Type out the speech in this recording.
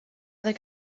other